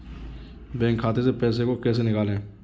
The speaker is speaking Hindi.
बैंक खाते से पैसे को कैसे निकालें?